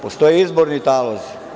Postoje izborni talozi.